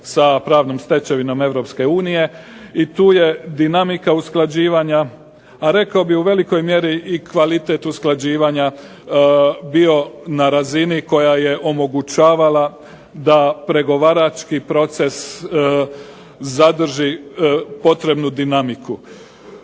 sa pravnom stečevinom Europske unije, i tu je dinamika usklađivanja a rekao bih u velikoj mjeri i kvalitet usklađivanja bio na razini koja je omogućavala da pregovarački proces zadrži potrebnu dinamiku.